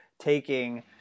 taking